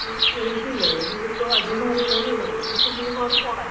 എനിക്ക് ഇല്ലേ ഞാൻ ഇപ്പോൾ അടിമാലിയിൽ ആണ് ഉള്ളത് എനിക്ക് മൂന്നാർ പോകണാമായിരുന്നു